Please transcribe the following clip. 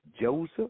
Joseph